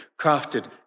crafted